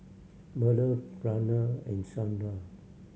Bellur Pranav and Sundar